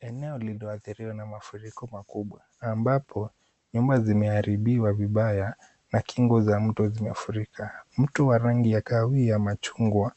Eneo lililoathiriwa na mafuriko makubwa, ambapo nyumba zimeharibiwa vibaya na kingo za mto zimefurika, mto wa rangi ya kahawia machungwa